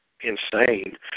insane